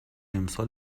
امسال